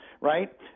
right